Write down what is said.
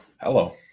Hello